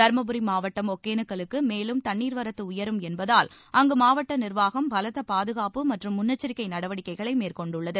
தர்மபுரி மாவட்டம் ஒகேளக்கல்லுக்கு மேலும் தண்ணீர் வரத்து உயரும் என்பதால் அங்கு மாவட்ட நிர்வாகம் பலத்த பாதுகாப்பு மற்றும் முன்னெச்சரிக்கை நடவடிக்கைகளை மேற்கொண்டுள்ளது